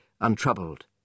untroubled